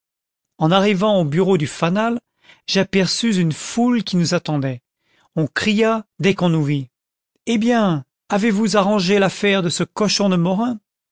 en arrivant aux bureaux du fanal j'aperçus une foule qui nous attendait on cria dès qu'on nous vit eh bien avez-vous arrangé l'affaire de ce cochon de morin